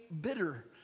bitter